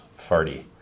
farty